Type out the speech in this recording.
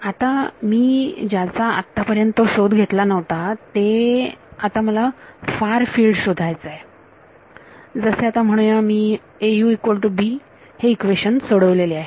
आता मी ज्याचा आत्तापर्यंत शोध घेतला नव्हता ते आता मला फार फील्ड शोधायचं आहे जसे आता म्हणूया मी हे इक्वेशन सोडवलेले आहे